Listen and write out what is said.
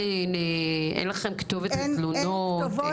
אין לכם כתובת לתלונות?